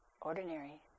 ordinary